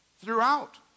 throughout